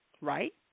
right